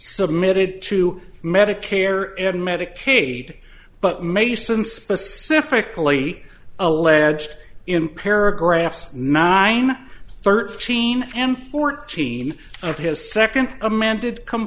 submitted to medicare and medicaid but he says and specifically alleged in paragraphs nine thirteen and fourteen of his second amended com